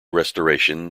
restoration